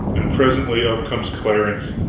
and presently up comes clarence,